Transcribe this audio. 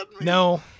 No